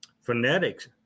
phonetics